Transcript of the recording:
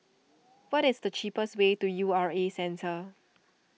what is the cheapest way to U R A Centre